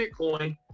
bitcoin